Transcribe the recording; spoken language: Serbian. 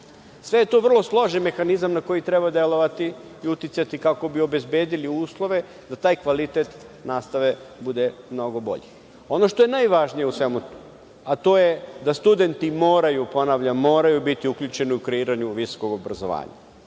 Sve je to vrlo složen mehanizam na koji treba delovati i uticati kako bi obezbedili uslove da taj kvalitet nastave bude mnogo bolji. Ono što je najvažnije u tome, a to je da studenti moraju, ponavljam, biti uključeni u kreiranje visokog obrazovanja.